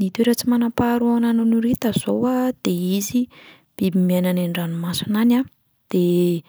Ny toetra tsy manam-paharoa ananan'ny horita zao a, de izy biby miaina any an-dranomasina any a de